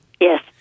Yes